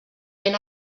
ben